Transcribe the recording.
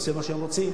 לפרסם מה שהם רוצים.